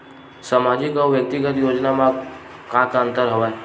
सामाजिक अउ व्यक्तिगत योजना म का का अंतर हवय?